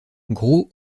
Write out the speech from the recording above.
gros